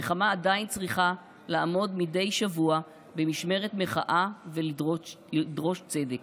נחמה עדיין צריכה לעמוד מדי שבוע במשמרת מחאה ולדרוש צדק?